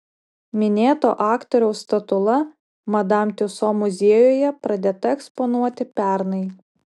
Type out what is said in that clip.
minėto aktoriaus statula madam tiuso muziejuje pradėta eksponuoti pernai